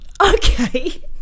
Okay